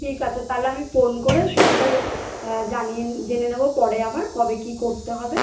ঠিক আছে তাহলে আমি ফোন করে সবটা জানি জানিয়ে জেনে নেবো পরে আবার কবে কী করতে হবে